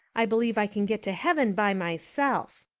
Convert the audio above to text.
i believe i can get to heaven by myself.